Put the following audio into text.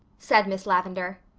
said miss lavendar.